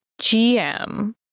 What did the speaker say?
GM